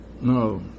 No